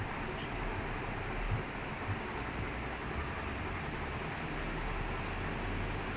ya so நாலு:naalu times eighty is three twenty three twenty is so much